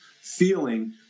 feeling